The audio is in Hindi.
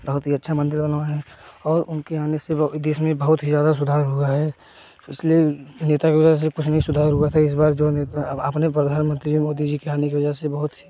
बहुत ही अच्छा मंदिर बनवाए हैं और उनके आने से देश में बहुत ही ज़्यादा सुधार हुआ है पिछले नेता के वजह से कुछ नहीं सुधार हुआ था इस बार जो नेता आपने प्रधानमंत्री मोदी जी के आने की वजह से